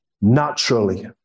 naturally